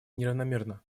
неравномерно